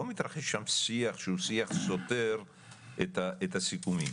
לא מתרחש שם שיח שהוא שיח סותר את הסיכונים,